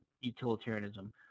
utilitarianism